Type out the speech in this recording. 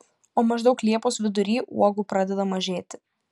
o maždaug liepos vidury uogų pradeda mažėti